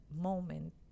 moment